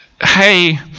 hey